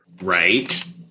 Right